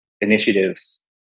initiatives